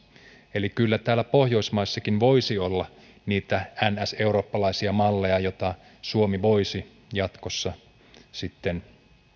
eli kyllä täällä pohjoismaissakin voisi olla niitä niin sanottu eurooppalaisia malleja joihin päin suomi voisi jatkossa sitten